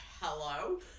hello